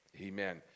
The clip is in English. amen